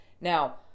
Now